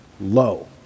low